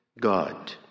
God